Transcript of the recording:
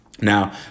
Now